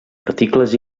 articles